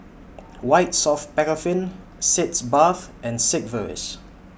White Soft Paraffin Sitz Bath and Sigvaris